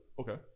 Okay